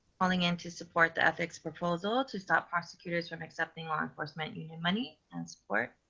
falling into support the ethics proposal to stop prosecutors from accepting law enforcement union money and support.